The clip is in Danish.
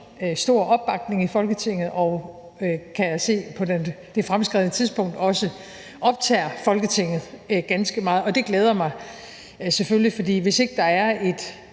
stor opbakning i Folketinget og, kan jeg se på det fremskredne tidspunkt, også optager Folketinget ganske meget. Det glæder mig selvfølgelig, for hvis ikke der er et